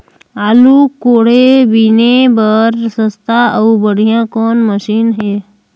आलू कोड़े बीने बर सस्ता अउ बढ़िया कौन मशीन हे?